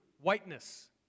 whiteness